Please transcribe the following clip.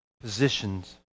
positions